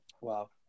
Wow